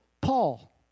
Paul